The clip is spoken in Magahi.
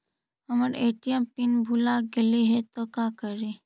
हमर ए.टी.एम पिन भूला गेली हे, तो का करि?